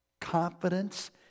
Confidence